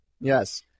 Yes